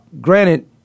Granted